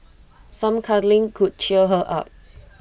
some cuddling could cheer her up